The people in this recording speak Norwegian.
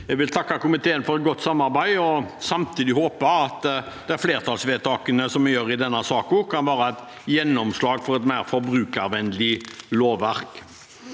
Jeg vil takke komiteen for et godt samarbeid og samtidig håpe at de flertallsvedtakene som vi gjør i denne saken, kan være et gjennomslag for et mer forbrukervennlig lovverk.